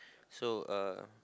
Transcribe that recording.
so uh